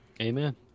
Amen